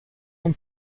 اون